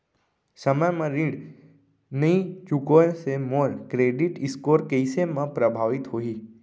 समय म ऋण नई चुकोय से मोर क्रेडिट स्कोर कइसे म प्रभावित होही?